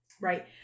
Right